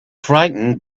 frightened